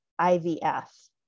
IVF